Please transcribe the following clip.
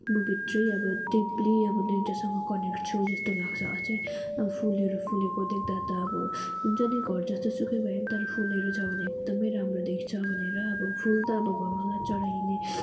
म भित्री डिप्ली अब नेचरसँग कनेक्ट छु जस्तो लाग्छ अझै फुलहरू फुलेको देख्दा त अब हुन्छ नि घर जस्तोसुकै भए पनि तर फुलहरू छ भने एकदमै राम्रो देख्छ भनेर फुल त अब भगवान्लाई चडाइने